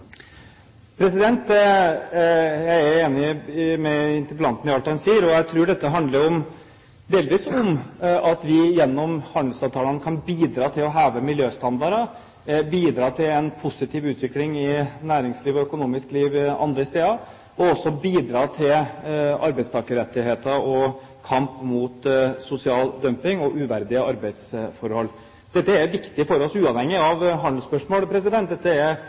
alt han sier. Jeg tror dette handler delvis om at vi gjennom handelsavtalene kan bidra til å heve miljøstandarder, bidra til en positiv utvikling i næringsliv og økonomisk liv andre steder og også bidra til arbeidstakerrettigheter og kamp mot sosial dumping og uverdige arbeidsforhold. Dette er viktig for oss uavhengig av handelsspørsmål. Dette er